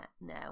no